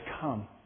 come